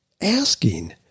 asking